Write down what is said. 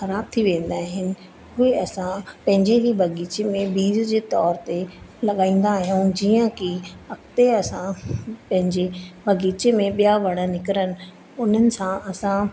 ख़राब थी वेंदा आहिनि हुए असां पंहिंजे बि बगीचे में बिज जे तौर ते लगाईंदा आहियूं जीअं की अॻिते असां पंहिंजे बगीचे में बिया वण निकिरनि उन्हनि सां